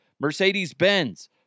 Mercedes-Benz